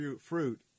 fruit